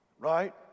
Right